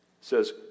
says